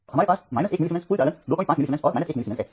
और हमारे पास 1 मिलीसीमेन कुल चालन 25 मिलीसीमेन और 1 मिलीसीमेन है